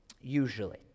usually